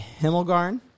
Himmelgarn